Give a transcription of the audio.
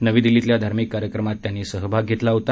नवी दिल्लीतल्या धार्मिक कार्यक्रमात त्यांनी सहभाग घेतला होता